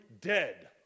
dead